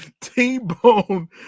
t-bone